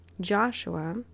Joshua